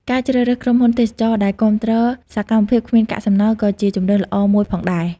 ការជ្រើសរើសក្រុមហ៊ុនទេសចរណ៍ដែលគាំទ្រសកម្មភាពគ្មានកាកសំណល់ក៏ជាជម្រើសល្អមួយផងដែរ។